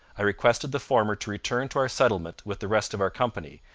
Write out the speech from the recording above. i requested the former to return to our settlement with the rest of our company,